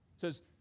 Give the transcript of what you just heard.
says